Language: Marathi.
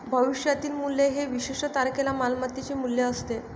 भविष्यातील मूल्य हे विशिष्ट तारखेला मालमत्तेचे मूल्य असते